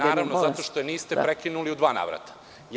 Naravno, zato što je niste prekinuli u dva navrata.